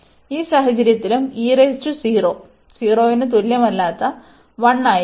ഈ സാഹചര്യത്തിലും 0 ന് തുല്യമല്ലാത്ത 1 ആയിരിക്കും